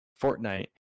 Fortnite